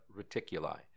Reticuli